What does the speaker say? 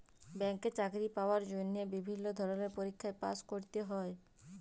ব্যাংকে চাকরি পাওয়ার জন্হে বিভিল্য ধরলের পরীক্ষায় পাস্ ক্যরতে হ্যয়